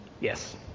Yes